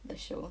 the show